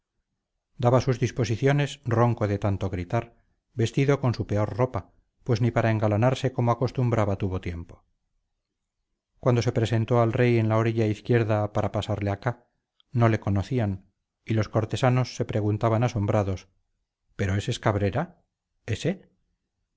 daba sus disposiciones ronco de tanto gritar vestido con su peor ropa pues ni para engalanarse como acostumbraba tuvo tiempo cuando se presentó al rey en la orilla izquierda para pasarle acá no le conocían y los cortesanos se preguntaban asombrados pero ese es cabrera ese